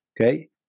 Okay